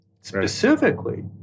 specifically